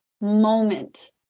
moment